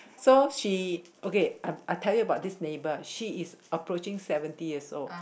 so she okay I I tell you about this neighbor she is approaching seventy years old so she